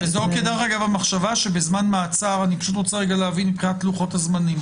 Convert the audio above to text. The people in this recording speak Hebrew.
אני רוצה רגע להבין מבחינת לוחות-הזמנים.